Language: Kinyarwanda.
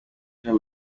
jean